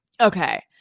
Okay